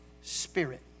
Spirit